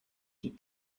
die